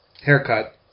haircut